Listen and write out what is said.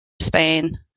Spain